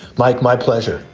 mike my pleasure.